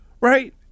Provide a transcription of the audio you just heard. right